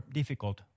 difficult